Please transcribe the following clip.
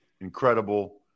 incredible